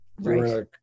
Right